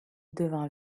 devint